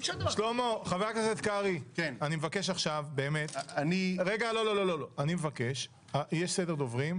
חבר הכנסת קרעי, אני מבקש יש סדר דוברים.